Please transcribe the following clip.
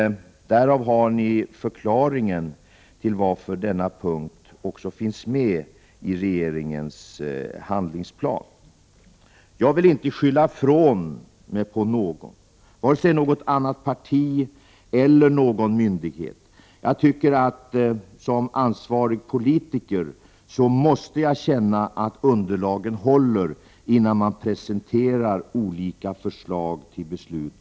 Där har ni förklaringen till att denna punkt också finns med i regeringens handlingsplan. Jag vill inte skylla ifrån mig på någon, varken på något annat parti eller på någon myndighet. Såsom ansvarig politiker måste jag känna att underlaget håller, innan jag presenterar olika förslag till beslut.